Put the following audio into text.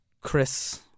Chris